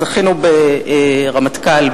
זכינו ברמטכ"ל,